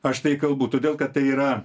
aš tai galbūt todėl kad tai yra